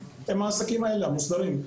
הם העסקים האלה - המוסדרים.